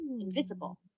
Invisible